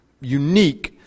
unique